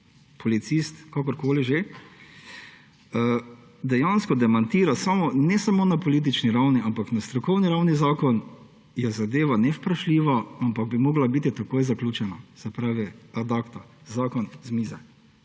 policist, kakorkoli že, dejansko demantira ne samo na politični ravni, ampak na strokovni ravni zakon, je zadeva ne vprašljiva, ampak bi mogla biti takoj zaključena, se pravi ad acta. Zakon z mize.